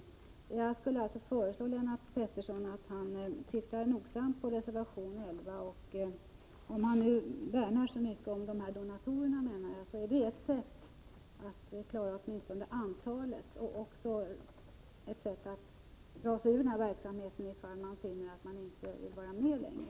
Jag skulle vilja föreslå Lennart Pettersson att titta nogsamt på reservation 11, om han nu värnar så mycket om donatorerna. Vårt förslag innebär ju ett sätt att åtminstone begränsa antalet barn och ett sätt att dra sig ur verksamheten, om man finner att man inte vill vara med längre.